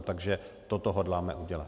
Takže toto hodláme udělat.